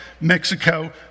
Mexico